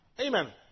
Amen